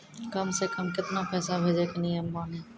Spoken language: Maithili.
कम से कम केतना पैसा भेजै के नियम बानी?